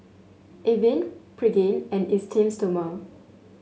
Avene Pregain and Esteem Stoma